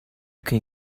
can